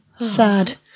Sad